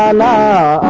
ah la